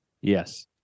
Yes